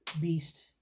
beast